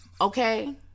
Okay